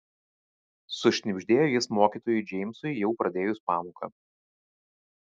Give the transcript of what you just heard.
sušnibždėjo jis mokytojui džeimsui jau pradėjus pamoką